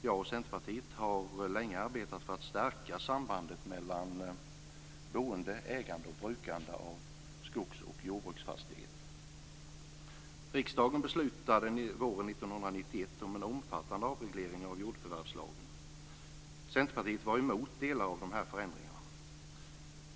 Jag och Centerpartiet har länge arbetat för att stärka sambandet mellan boende, ägande och brukande av skogs och jordbruksfastigheter. Riksdagen beslutade våren 1991 om en omfattande avreglering av jordförvärvslagen. Centerpartiet var emot delar av dessa förändringar.